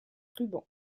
ruban